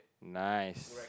nice